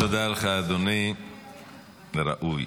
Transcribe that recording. תודה לך אדוני, וראוי.